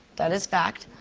that is fact.